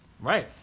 Right